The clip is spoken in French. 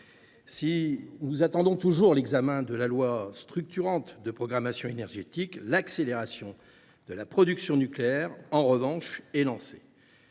Si nous attendons toujours l’examen de la loi structurante de programmation énergétique, l’accélération de la production nucléaire est, en revanche, lancée.